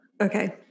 okay